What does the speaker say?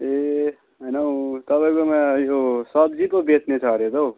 ए होइन हौ तपाईँकोमा यो सब्जी पो बेच्ने छ अरे त हो